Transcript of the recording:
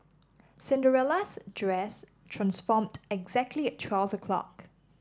Cinderella's dress transformed exactly at twelve o'clock